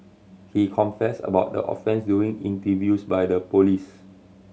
he confessed about the offence during interviews by the police